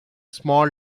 small